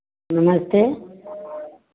नमस्ते